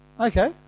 Okay